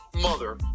mother